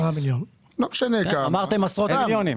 לא משנה כמה --- אמרתם עשרות מיליונים.